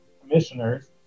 commissioners